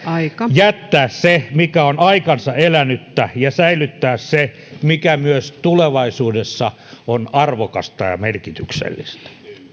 jättää se mikä on aikansa elänyttä ja säilyttää se mikä myös tulevaisuudessa on arvokasta ja merkityksellistä